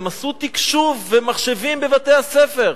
הם עשו תקשוב ומחשבים בבתי-הספר,